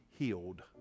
Healed